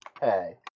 Hey